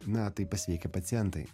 na tai pasveikę pacientai